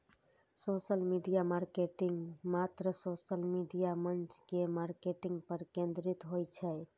social media marketing मात्र social media मंच के मार्केटिंग पर केंद्रित होइ छै